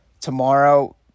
Tomorrow